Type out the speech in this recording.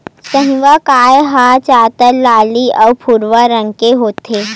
साहीवाल गाय ह जादातर लाली अउ भूरवा रंग के होथे